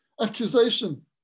Accusation